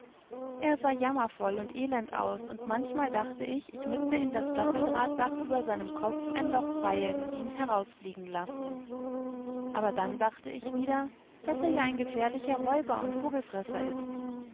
er sah jammervoll und elend aus und manchmal dachte ich ich müßte in das stahldrahtdachüberseinemkopfeinlochfeilenundihnhinausfliegenlassen aber dann dachte ich wieder daß er ja ein gefährlicher räuber und vogelfresser ist